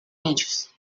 ellos